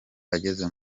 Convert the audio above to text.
ageze